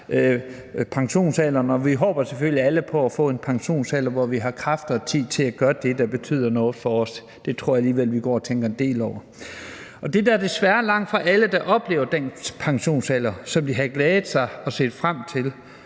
pensionsalderen er, og vi håber selvfølgelig alle på at kunne gå på pension i en alder, hvor vi har kræfter og tid til at gøre det, der betyder noget for os – det tror jeg alligevel vi går og tænker en del over. Det er desværre langtfra alle, der oplever at kunne gå på pension på det tidspunkt, de havde glædet sig til og set frem til